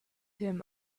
him